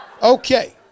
Okay